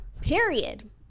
period